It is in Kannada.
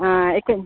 ಆಂ ಏಕೆ